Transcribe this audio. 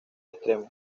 extremos